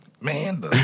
Man